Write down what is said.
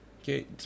Okay